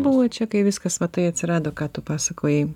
buvo čia kai viskas va tai atsirado ką tu pasakojai